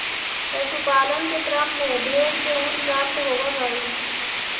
पशुपालन के क्रम में भेंड से ऊन प्राप्त होवऽ हई